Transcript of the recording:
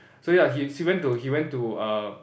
so yeah he went to he went to uh